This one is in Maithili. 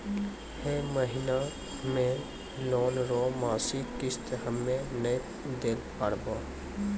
है महिना मे लोन रो मासिक किस्त हम्मे नै दैल पारबौं